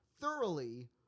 thoroughly